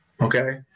okay